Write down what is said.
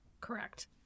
Correct